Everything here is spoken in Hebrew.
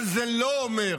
אבל זה לא אומר